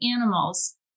animals